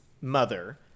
mother